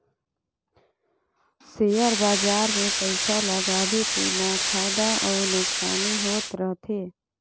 share बजार मे पइसा लगाबे तेमा फएदा अउ नोसकानी होत रहथे